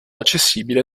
accessibile